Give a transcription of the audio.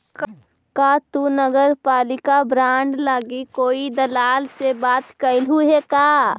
का तु नगरपालिका बॉन्ड लागी कोई दलाल से बात कयलहुं हे का?